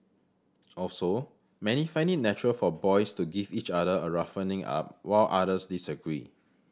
also many find it natural for boys to give each other a roughening up while others disagree